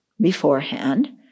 beforehand